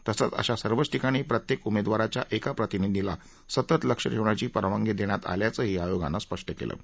तसंच अशा सर्वच ठिकाणी प्रत्येक उमेदवाराच्या एका प्रतिनिधीला सतत लक्ष ठेवण्याची परवानगी देण्यात आल्याचंही आयोगानं स्पष्ट केलं आहे